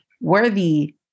worthy